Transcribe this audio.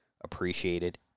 appreciated